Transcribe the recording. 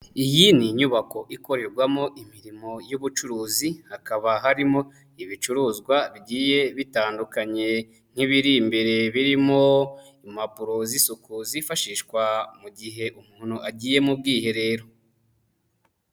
Iyi ni inyubako ikorerwamo imirimo y'ubucuruzi hakaba harimo ibicuruzwa bigiye bitandukanye, nk'ibiri imbere birimo impapuro z'isuku zifashishwa mu gihe umuntu agiye mu bwiherero.